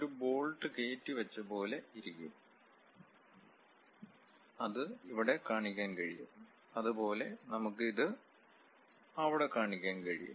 ഒരു ബോൾട്ട് കേറ്റിവെച്ച പോലെ ഇരിക്കും അത് ഇവിടെ കാണിക്കാൻ കഴിയും അതുപോലെ നമുക്ക് ഇത് അവിടെ കാണിക്കാൻ കഴിയും